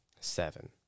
seven